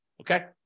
Okay